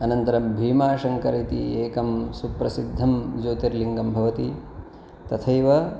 अनन्तरं भीमाशङ्कर इति एकं सुप्रसिद्धं ज्योतिर्लिङ्गं भवति तथैव